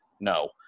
no